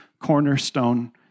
cornerstone